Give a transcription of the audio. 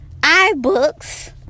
iBooks